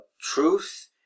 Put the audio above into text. Truth